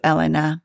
Elena